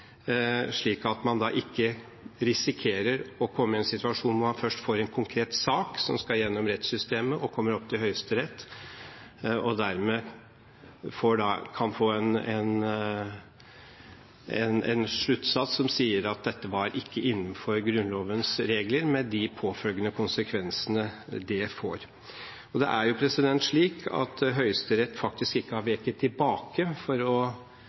slik at man ikke risikerer å komme i en situasjon hvor man først får en konkret sak som skal gjennom rettssystemet, og som kommer til Høyesterett – og dermed kan få en sluttsats som sier at dette ikke var innenfor Grunnlovens regler, med de påfølgende konsekvensene det får. Og det er slik at Høyesterett faktisk ikke har veket tilbake for å